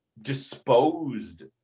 disposed